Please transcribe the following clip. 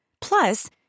Plus